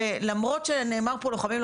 ולמרות שנאמר פה: לוחמים,